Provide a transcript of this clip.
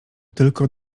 tylko